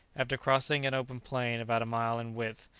after crossing an open plain about a mile in width,